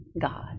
God